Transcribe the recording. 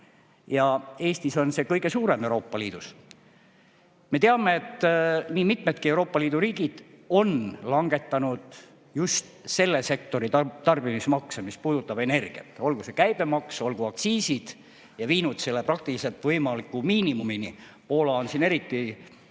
Ja Eestis on see kõige suurem Euroopa Liidus. Me teame, et nii mitmedki Euroopa Liidu riigid on langetanud just selle sektori tarbimismakse, mis puudutab energiat, olgu see käibemaks, olgu aktsiisid, ja viinud selle praktiliselt võimaliku miinimumini. Poola on siin eriti